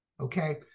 okay